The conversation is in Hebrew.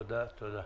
תודה, תודה.